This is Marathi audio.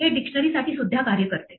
हे डिक्शनरी साठी सुद्धा कार्य करते